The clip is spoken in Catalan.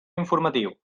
informatiu